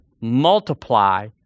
multiply